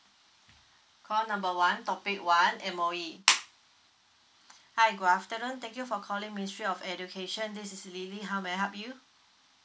call number one topic one M_O_E hi good afternoon thank you for calling ministry of education this is Lily how may I help you